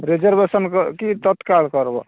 reservation କି ତତ୍କାଳ କରିବେ